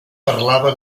parlava